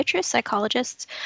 psychologists